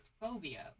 phobia